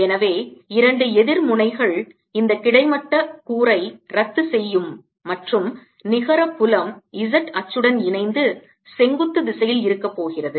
எனவே இரண்டு எதிர் முனைகள் இந்த கிடைமட்ட கூறை ரத்து செய்யும் மற்றும் நிகர புலம் z அச்சுடன் இணைந்து செங்குத்து திசையில் இருக்க போகிறது